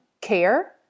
care